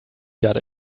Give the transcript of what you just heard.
got